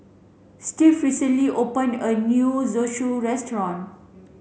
Steve recently open a new Zosui restaurant